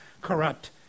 corrupt